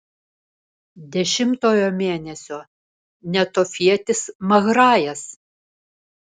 dešimtojo mėnesio netofietis mahrajas